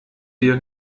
dir